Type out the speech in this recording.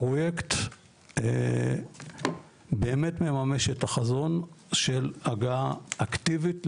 הפרויקט באמת מממש את החזון של הגעה אקטיבית לאנשים,